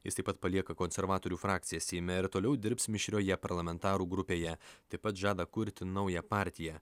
jis taip pat palieka konservatorių frakciją seime ir toliau dirbs mišrioje parlamentarų grupėje taip pat žada kurti naują partiją